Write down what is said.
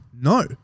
No